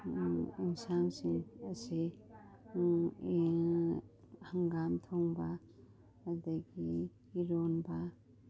ꯌꯦꯟꯁꯥꯡꯁꯤꯡ ꯑꯁꯤ ꯍꯪꯒꯥꯝ ꯊꯣꯡꯕ ꯑꯗꯒꯤ ꯏꯔꯣꯟꯕ